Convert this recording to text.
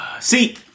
See